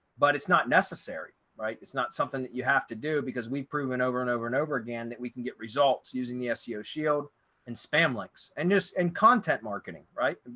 but it's not necessary, right? it's not something that you have to do because we've proven over and over and over again, that we can get results using the seo shield and spam links and just in content marketing, right.